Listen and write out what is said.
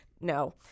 No